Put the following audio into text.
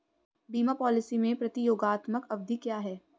बीमा पॉलिसी में प्रतियोगात्मक अवधि क्या है?